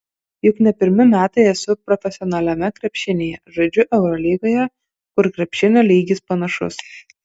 juk ne pirmi metai esu profesionaliame krepšinyje žaidžiu eurolygoje kur krepšinio lygis panašus